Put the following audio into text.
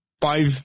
five